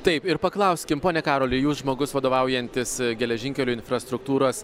taip ir paklauskim pone karoli jūs žmogus vadovaujantis geležinkelių infrastruktūros